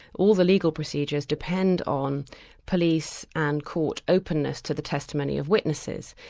all the legal procedures depend on police and court openness to the testimony of witnesses,